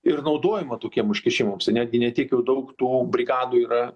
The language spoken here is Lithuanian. ir naudojama tokiem užkišimams ir netgi ne tiek jau daug tų brigadų yra